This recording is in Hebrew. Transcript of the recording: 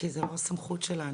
כי זה לא סמכות שלנו.